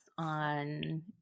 on